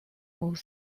both